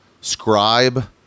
scribe